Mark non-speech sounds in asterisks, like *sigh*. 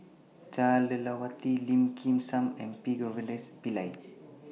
Jah Lelawati Lim Kim San and P *unintelligible* Pillai